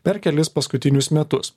per kelis paskutinius metus